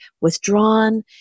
withdrawn